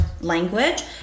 language